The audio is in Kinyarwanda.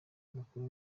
umukuru